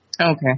Okay